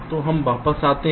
तो हम वापस आते हैं